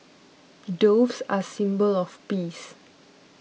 doves are a symbol of peace